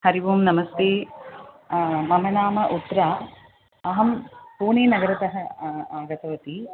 हरि ओं नमस्ते मम नाम उत्रा अहं पुणेनगरतः आगतवती